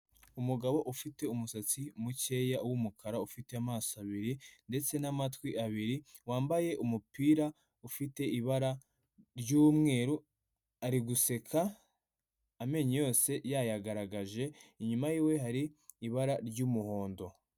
Umugabo ufite umusatsi mukeya w'umukara ufite amaso abiri, ndetse n'amatwi abiri wambaye umupira ufite ibara ry'umweru ari guseka amenyo yose yayagaragaje inyuma y'iwe hari ibara ry'umuhondo.